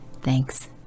Thanks